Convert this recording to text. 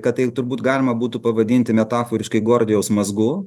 kad tai turbūt galima būtų pavadinti metaforiškai gordijaus mazgu